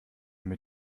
mit